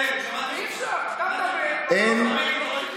אין בעיה.